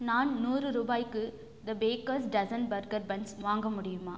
நான் நூறு ரூபாய்க்கு the baker's dozen burger buns வாங்க முடியுமா